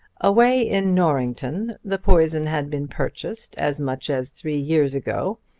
away in norrington the poison had been purchased as much as three years ago,